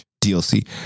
DLC